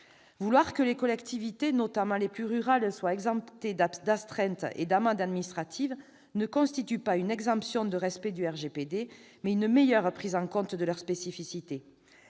Vouloir que les collectivités, notamment les plus rurales, soient exemptées d'astreintes et d'amendes administratives ne constitue pas une exemption de respect du RGPD, mais une meilleure prise en compte de leurs spécificités.